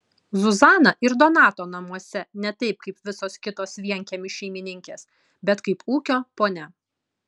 zuzana ir donato namuose ne taip kaip visos kitos vienkiemių šeimininkės bet kaip ūkio ponia